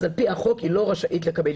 אז על פי החוק היא לא רשאית לקבל.